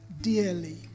dearly